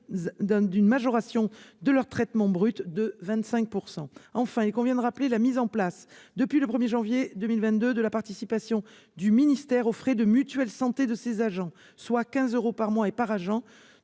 d'une majoration de leur traitement brut de 25 %. Enfin, il convient de rappeler la mise en place, depuis le 1 janvier 2022, de la participation du ministère aux frais de mutuelle santé de ses agents, soit 15 euros par mois et par agent.